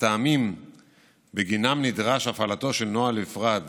הטעמים שבגינם נדרש הפעלתו של נוהל נפרד